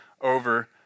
over